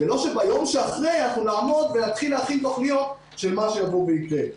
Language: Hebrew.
ולא שביום שאחרי אנחנו נעמוד ונתחיל להכין תוכניות של מה שיבוא ויקרה.